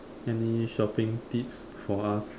any shopping tips for us